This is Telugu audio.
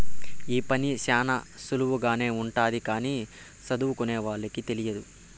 ఈ పని శ్యానా సులువుగానే ఉంటది కానీ సదువుకోనోళ్ళకి తెలియదు